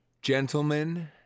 Gentlemen